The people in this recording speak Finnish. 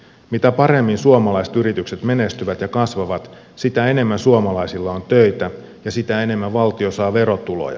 mitä paremmin suomalaiset yritykset menestyvät ja kasvavat sitä enemmän suomalaisilla on töitä ja sitä enemmän valtio saa verotuloja